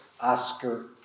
Oscar